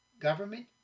Government